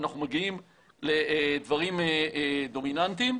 אנחנו מגיעים לדברים דומיננטיים.